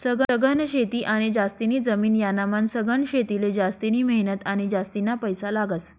सघन शेती आणि जास्तीनी जमीन यानामान सधन शेतीले जास्तिनी मेहनत आणि जास्तीना पैसा लागस